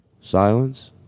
silence